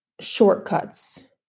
Shortcuts